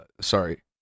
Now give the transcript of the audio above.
sorry